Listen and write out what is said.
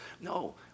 No